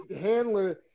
Handler